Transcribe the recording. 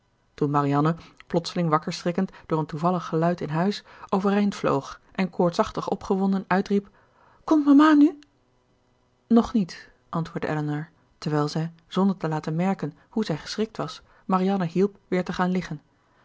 toen marianne plotseling wakker schrikkend door een toevallig geluid in huis overeind vloog en koortsachtig opgewonden uitriep komt mama nu nog niet antwoordde elinor terwijl zij zonder te laten merken hoe zij geschrikt was marianne hielp weer te gaan liggen